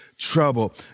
trouble